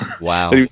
Wow